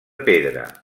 pedra